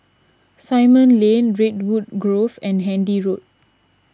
Simon Lane Redwood Grove and Handy Road